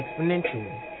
exponentially